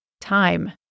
time